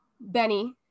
Benny